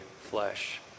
flesh